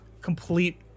complete